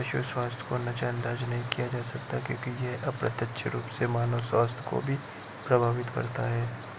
पशु स्वास्थ्य को नजरअंदाज नहीं किया जा सकता क्योंकि यह अप्रत्यक्ष रूप से मानव स्वास्थ्य को भी प्रभावित करता है